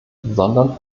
sondern